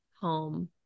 home